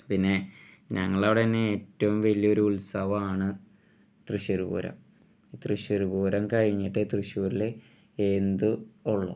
പിന്നെ ഞങ്ങൾ അവിടെ തന്നെ ഏറ്റവും വലിയൊരു ഉത്സവമാണ് തൃശ്ശൂർ പൂരം തൃശ്ശൂർ പൂരം കഴിഞ്ഞിട്ടേ തൃശ്ശൂരിൽ എന്തും ഉള്ളൂ